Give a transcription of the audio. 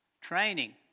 Training